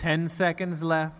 ten seconds left